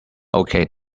okay